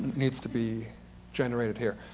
needs to be generated here.